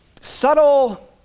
subtle